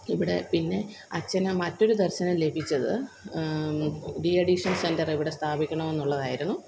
ഇവിടെ പിന്നെ അച്ചനു മറ്റൊരു ദര്ശനം ലഭിച്ചത് ഡീഅഡിക്ഷന് സെന്റെർ ഇവിടെ സ്ഥാപിക്കണം എന്നുള്ളതായിരുന്നു